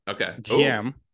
Okay